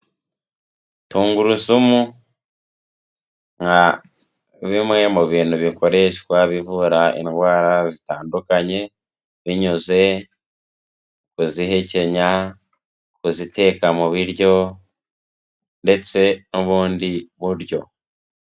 Tungurusumu nka bimwe mu bintu bikoreshwa bivura indwara zitandukanye, binyuze kuzihekenya, kuziteka mu biryo ndetse n'ubundi buryo.